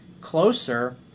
closer